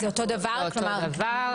אותו דבר.